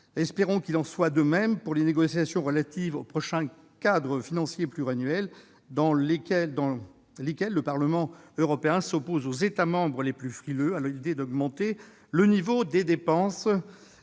Espérons qu'il en soit de même pour les négociations relatives au prochain cadre financier pluriannuel, dans lesquelles le Parlement européen s'oppose aux États membres les plus réticents à une augmentation du niveau de dépenses